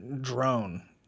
Drone